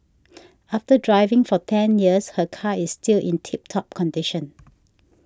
after driving for ten years her car is still in tip top condition